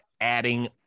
adding